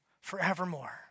forevermore